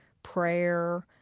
prayer,